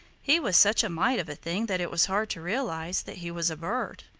he was such a mite of a thing that it was hard to realize that he was a bird.